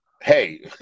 hey